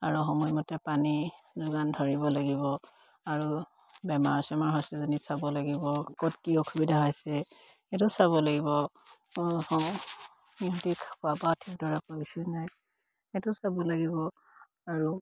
আৰু সময়মতে পানী যোগান ধৰিব লাগিব আৰু বেমাৰ চেমাৰ হৈছে নেকি চাব লাগিব ক'ত কি অসুবিধা হৈছে সেইটো চাব লাগিব সিহঁতি খোৱা নাই সেইটো চাব লাগিব আৰু